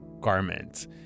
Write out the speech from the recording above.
garment